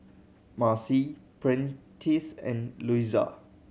Marcy Prentice and Luisa